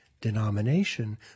denomination